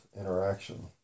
interaction